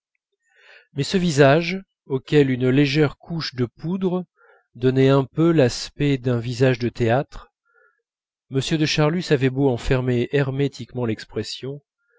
mais ce visage auquel une légère couche de poudre donnait un peu l'aspect d'un visage de théâtre m de charlus avait beau en fermer hermétiquement l'expression